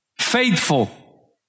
faithful